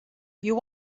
you